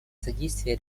содействие